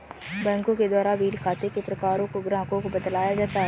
बैंकों के द्वारा भी खाते के प्रकारों को ग्राहकों को बतलाया जाता है